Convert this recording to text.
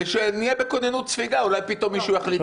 ושנהיה בכוננות ספיגה, אולי פתאום מישהו יחליט.